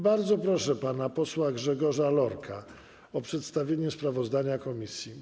Bardzo proszę pana posła Grzegorza Lorka o przedstawienie sprawozdania komisji.